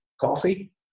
coffee